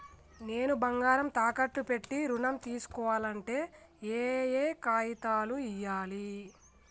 నేను బంగారం తాకట్టు పెట్టి ఋణం తీస్కోవాలంటే ఏయే కాగితాలు ఇయ్యాలి?